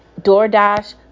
DoorDash